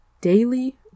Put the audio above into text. daily